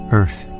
earth